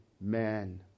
man